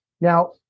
Now